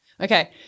Okay